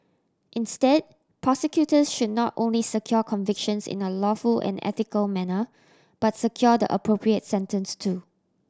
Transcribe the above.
instead prosecutors should not only secure convictions in a lawful and ethical manner but secure the appropriate sentence too